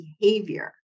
behavior